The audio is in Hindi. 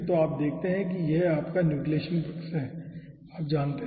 तो आप देखते हैं कि यह आपका न्यूक्लियेशन पक्ष है आप जानते हैं